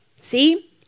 See